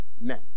men